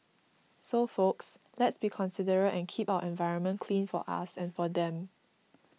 so folks let's be considerate and keep our environment clean for us and for them